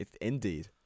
Indeed